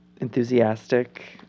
enthusiastic